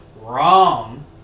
wrong